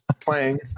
playing